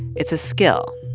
it's a skill,